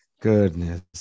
Goodness